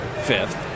fifth